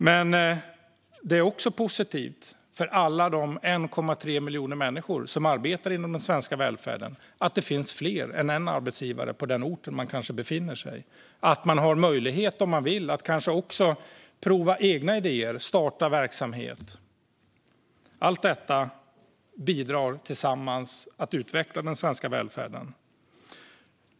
Men det är också positivt för alla de 1,3 miljoner människor som arbetar inom den svenska välfärden att det finns fler än en arbetsgivare på den ort där man befinner sig och att man har möjlighet, om man vill, att kanske också prova egna idéer och starta verksamhet. Allt detta bidrar tillsammans till att utveckla den svenska välfärden.